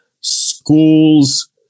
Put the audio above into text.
school's